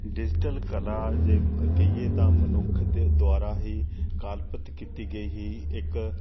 digital ਕਲਾ ਜੇ ਕਹੀਏ ਤਾਂ ਮਨੁੱਖ ਦੇ ਦੁਆਰਾ ਹੀ ਕਾਲਪਿਤ ਕੀਤੀ ਗਈ ਹੀ ਇੱਕ